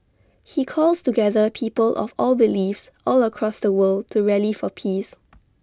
he calls together people of all beliefs all across the world to rally for peace